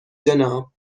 جناب